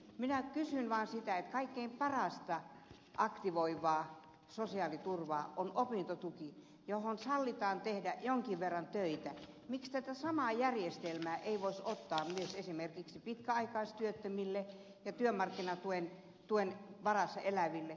minä kysyn vaan sitä että kun kaikkein parasta aktivoivaa sosiaaliturvaa on opintotuki jonka lisäksi sallitaan tehdä jonkin verran töitä miksi tätä samaa järjestelmää ei voisi ottaa myös esimerkiksi pitkäaikaistyöttömille ja työmarkkinatuen varassa eläville